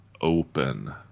open